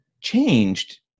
changed